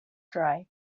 dry